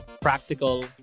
practical